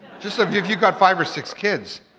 just like if you got five or six kids,